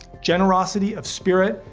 generosity of spirit,